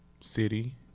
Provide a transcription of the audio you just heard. city